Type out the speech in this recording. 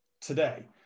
today